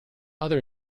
other